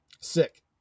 Sick